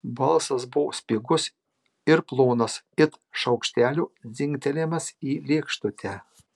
balsas buvo spigus ir plonas it šaukštelio dzingtelėjimas į lėkštutę